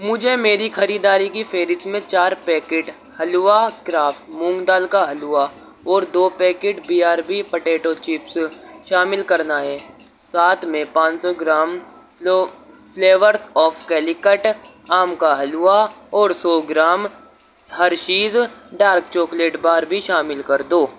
مجھے میری خریداری کی فہرست میں چار پیکٹ حلوا کرافٹ مونگ دال کا حلوا اور دو packet B R B potato chips شامل کرنا ہے ساتھ میں پانچ سو gram flow flavours of Calicut آم کا حلوا اور سو gram Hershey's dark chocolate bar بھی شامل کر دو